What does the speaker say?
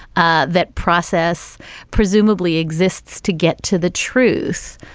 ah that process presumably exists to get to the truth.